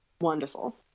wonderful